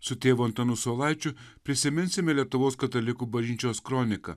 su tėvu antanu saulaičiu prisiminsime lietuvos katalikų bažnyčios kroniką